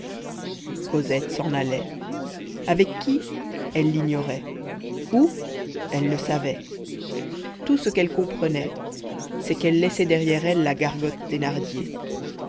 cosette s'en allait avec qui elle l'ignorait où elle ne savait tout ce qu'elle comprenait c'est qu'elle laissait derrière elle la gargote thénardier